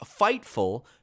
Fightful